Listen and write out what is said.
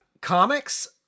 comics